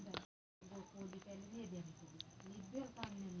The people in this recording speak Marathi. सेल्फ सर्व्हिस पासबुक प्रिंटर एक यंत्र आहे जिथे ग्राहक त्याचे पासबुक प्रिंट करू शकतो